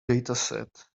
dataset